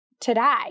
today